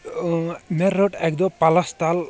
اۭں مےٚ رٔٹ اکہِ دۄہ پلس تَل